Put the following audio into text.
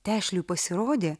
tešliui pasirodė